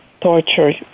torture